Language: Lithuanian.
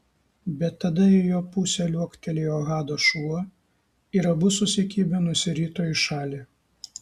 bet tada į jo pusę liuoktelėjo hado šuo ir abu susikibę nusirito į šalį